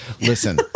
Listen